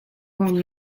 con